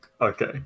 Okay